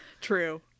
True